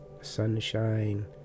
sunshine